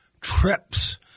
trips